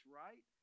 right